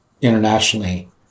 internationally